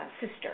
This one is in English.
sister